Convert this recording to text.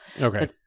Okay